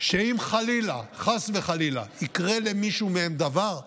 שאם חלילה, חס וחלילה, יקרה למישהו מהם דבר,